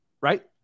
right